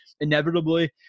inevitably